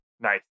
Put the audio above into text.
Nice